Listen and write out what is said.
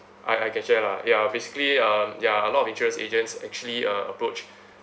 I I can share lah ya basically um ya a lot of insurance agents actually uh approach